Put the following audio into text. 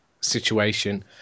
situation